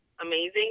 amazing